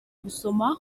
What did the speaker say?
gusoma